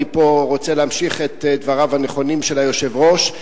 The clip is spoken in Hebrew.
אני פה רוצה להמשיך את דבריו הנכונים של היושב-ראש: